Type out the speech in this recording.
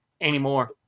anymore